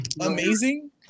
amazing